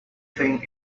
think